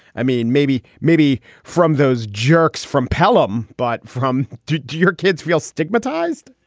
i mean, maybe maybe from those jerks from pelham, but from do do your kids feel stigmatized?